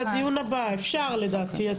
הם